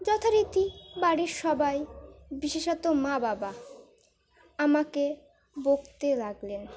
যথারীতি বাড়ির সবাই বিশেষত মা বাবা আমাকে বকতে লাগলেন